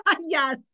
Yes